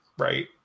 right